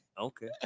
Okay